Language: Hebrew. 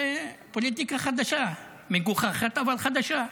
זו פוליטיקה חדשה, מגוחכת אבל חדשה.